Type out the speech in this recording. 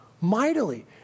mightily